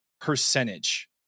percentage